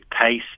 pace